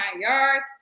yards